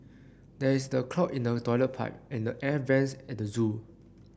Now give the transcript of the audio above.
there is the clog in the toilet pipe and the air vents at the zoo